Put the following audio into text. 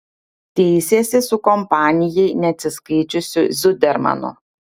teisėsi su kampanijai neatsiskaičiusiu zudermanu